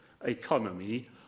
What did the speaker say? economy